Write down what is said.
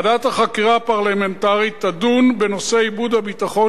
ועדת החקירה הפרלמנטרית תדון בנושא איבוד הביטחון